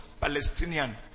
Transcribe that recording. Palestinian